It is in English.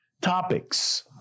topics